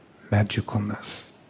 magicalness